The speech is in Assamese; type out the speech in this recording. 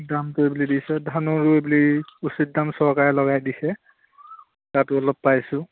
দামটো এইবেলি দিছে ধানো ৰুইপিলি উচিত দাম চৰকাৰে লগাই দিছে তাতো অলপ পাইছোঁ